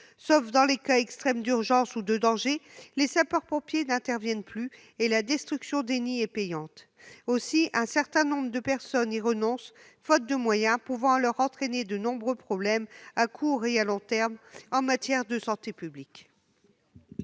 sauf dans les cas d'extrême urgence ou de danger, les sapeurs-pompiers n'interviennent plus et la destruction des nids est désormais payante. Aussi, nombre de personnes y renoncent, faute de moyens, ce qui peut entraîner de nombreux problèmes à court et à long terme en matière de santé publique.